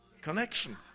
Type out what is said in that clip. Connection